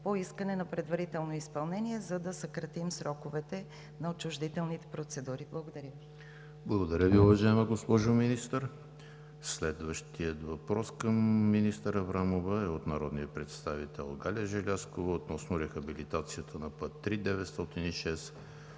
по искане на предварително изпълнение, за да съкратим сроковете на отчуждителните процедури. Благодаря. ПРЕДСЕДАТЕЛ ЕМИЛ ХРИСТОВ: Благодаря Ви, уважаема госпожо Министър. Следващият въпрос към министър Аврамова е от народния представител Галя Желязкова относно рехабилитацията на път ІІІ 906